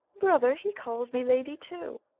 brother, he calls me lady too.